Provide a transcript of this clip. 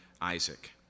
Isaac